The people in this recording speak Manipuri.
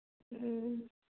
ꯎꯝ